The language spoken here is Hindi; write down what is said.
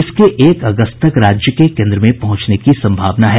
इसके एक अगस्त तक राज्य के केन्द्र में पहुंचने की सम्भावना है